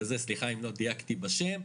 כאדם פרטי אם לא הייתי עומדת בחוק?